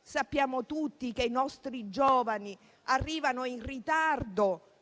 Sappiamo tutti che i nostri giovani arrivano nel mondo